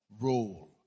role